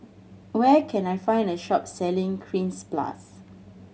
where can I find a shop selling Cleanz Plus